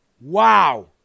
Wow